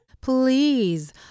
Please